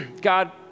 God